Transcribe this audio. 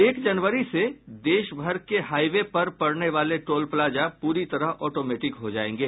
एक जनवरी से देशभर के हाई वे पर पड़ने वाले टोल प्लाजा पूरी तरह ऑटोमेटिक हो जायेंगे